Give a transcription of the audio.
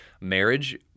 marriage